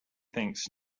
thinks